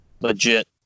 legit